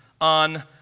on